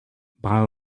brav